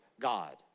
God